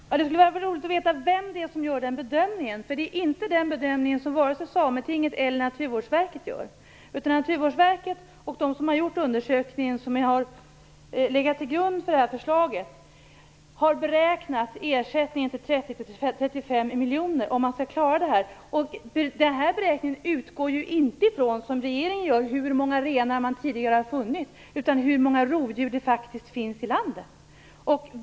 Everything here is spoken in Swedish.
Herr talman! Det skulle vara roligt att veta vem som gör den bedömningen. Varken Sametinget eller Naturvårdsverket gör den bedömningen. Naturvårdsverket och de som har gjort den undersökning som har legat till grund för det här förslaget har beräknat ersättningen till 30-35 miljoner om man skall klara detta. I den beräkningen utgår man inte, som regeringen gör, från hur många renar som det har funnits tidigare, utan från hur många rovdjur som det finns i landet.